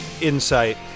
insight